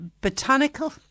Botanical